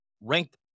ranked